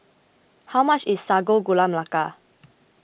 how much is Sago Gula Melaka